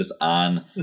on